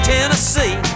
Tennessee